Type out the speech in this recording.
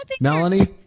Melanie